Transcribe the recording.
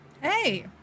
Hey